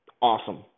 awesome